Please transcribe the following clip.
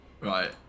Right